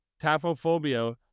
Taphophobia